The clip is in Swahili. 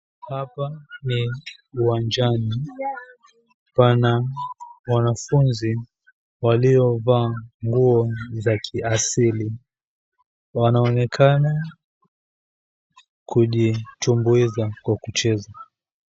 Hapa ni uwanjani. Pana wanafunzi waliovaa nguo za kiasili, wanaonekana kujitumbuiza kwa kucheza.